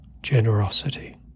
generosity